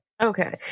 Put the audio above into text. okay